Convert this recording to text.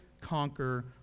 conquer